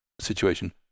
situation